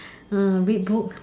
hmm read book